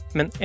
Men